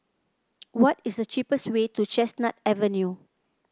what is the cheapest way to Chestnut Avenue